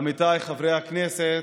עמיתיי חברי הכנסת,